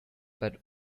but